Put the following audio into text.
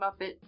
Muppet